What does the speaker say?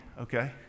okay